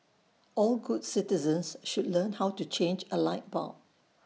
all good citizens should learn how to change A light bulb